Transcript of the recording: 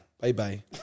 Bye-bye